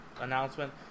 announcement